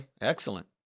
Excellent